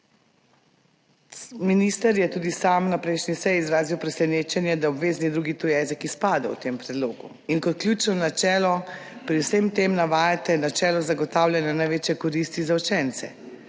Minister je tudi sam na prejšnji seji izrazil presenečenje, da je obvezni drugi tuji jezik izpadel v tem predlogu. In kot ključno načelo pri vsem tem navajate načelo zagotavljanja največje koristi za učence